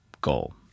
goal